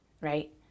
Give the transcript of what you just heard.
right